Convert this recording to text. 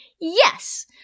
Yes